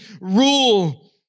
rule